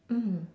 mm